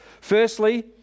Firstly